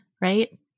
right